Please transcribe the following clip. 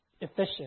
efficient